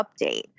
update